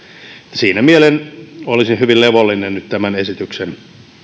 siinä mielessä olisin hyvin levollinen nyt tämän esityksen